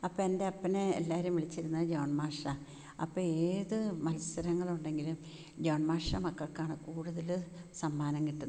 അപ്പം എൻ്റെപ്പനെ എല്ലാവരും വിളിച്ചിരുന്നത് ജോൺമാഷ് അപ്പം ഏത് മത്സരങ്ങളുണ്ടെങ്കിലും ജോൺമാഷുടെ മക്കൾക്കാണ് കൂട്തല് സമ്മാനം കിട്ടുന്നത്